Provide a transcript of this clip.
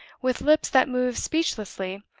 with lips that moved speechlessly,